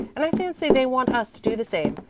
and i fancy they want us to do the same.